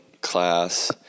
class